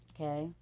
okay